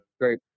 Great